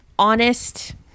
Honest